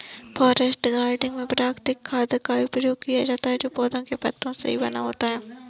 forest gardening में प्राकृतिक खाद का ही प्रयोग किया जाता है जो पौधों के पत्तों से ही बना होता है